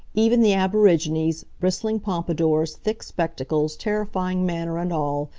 even the aborigines, bristling pompadours, thick spectacles, terrifying manner, and all,